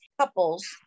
couples